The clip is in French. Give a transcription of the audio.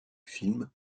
film